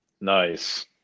Nice